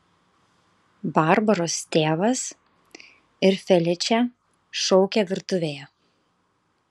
barbaros tėvas ir feličė šaukė virtuvėje